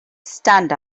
stand